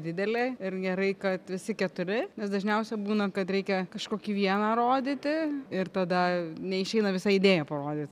didelė ir gerai kad visi keturi nes dažniausia būna kad reikia kažkokį vieną rodyti ir tada neišeina visą idėją parodyt